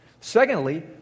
Secondly